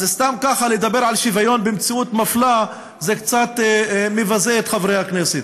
אז סתם ככה לדבר על שוויון במציאות מפלה זה קצת מבזה את חברי הכנסת.